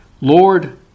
Lord